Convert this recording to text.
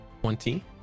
Twenty